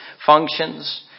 functions